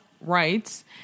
rights